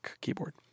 keyboard